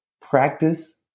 practice